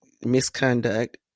misconduct